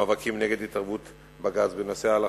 המאבקים נגד התערבות בג"ץ בנושאי ההלכה.